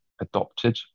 adopted